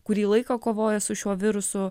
kurį laiką kovoja su šiuo virusu